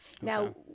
Now